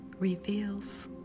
reveals